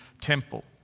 temple